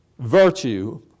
Virtue